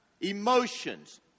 emotions